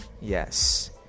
yes